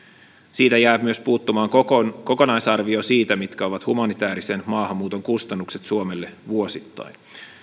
siitä jää myös puuttumaan kokonaisarvio siitä mitkä ovat humanitäärisen maahanmuuton kustannukset suomelle vuosittain